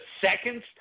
seconds